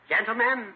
Gentlemen